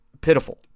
pitiful